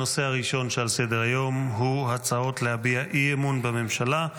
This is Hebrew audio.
הנושא הראשון שעל סדר-היום הוא הצעות להביע אי-אמון בממשלה.